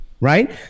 right